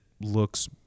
looks